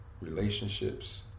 relationships